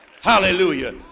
hallelujah